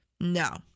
no